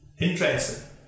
Interesting